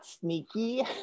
sneaky